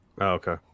Okay